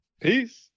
Peace